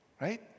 right